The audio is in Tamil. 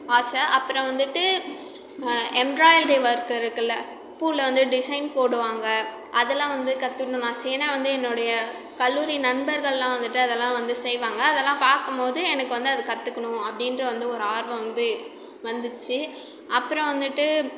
ஆசை அப்புறம் வந்துவிட்டு எம்ப்ராய்டு ஒர்க்கு இருக்குல்ல பூவில் வந்து டிசைன் போடுவாங்க அதெலாம் வந்து கற்றுக்கணுன்னு ஆசை ஏன்னா வந்து என்னோடைய கல்லூரி நண்பர்கள்லாம் வந்துவிட்டு அதெல்லாம் வந்து செய்வாங்க அதெல்லாம் பார்க்கும்போது எனக்கு வந்து அது கற்றுக்கணும் அப்படின்ற வந்து ஒரு ஆர்வம் வந்து வந்துச்சு அப்புறம் வந்துவிட்டு